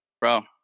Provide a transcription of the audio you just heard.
Bro